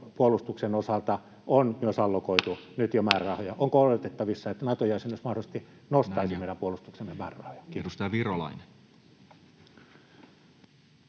puolustuksen osalta allokoitu nyt jo määrärahoja. Onko odotettavissa, että Nato-jäsenyys mahdollisesti nostaisi meidän puolustuksemme määrärahoja?